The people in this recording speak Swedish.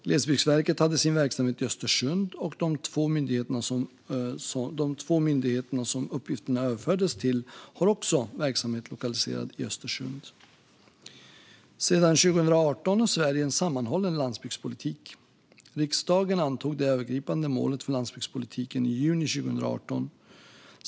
Glesbygdsverket hade sin verksamhet i Östersund, och de två myndigheterna som uppgifterna överfördes till har också verksamhet lokaliserad i Östersund. Sedan 2018 har Sverige en sammanhållen landsbygdspolitik. Riksdagen antog det övergripande målet för landsbygdspolitiken i juni 2018.